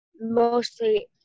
Mostly